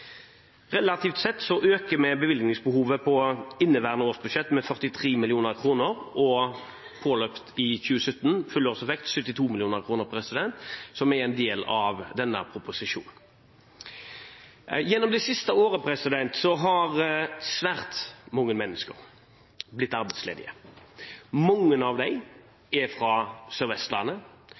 Relativt sett øker vi bevilgningsbehovet på inneværende års budsjett med 43 mill. kr og påløpt i 2017 – helårseffekt – 72 mill. kr, som er en del av denne proposisjonen. Gjennom det siste året har svært mange mennesker blitt arbeidsledige. Mange av dem er fra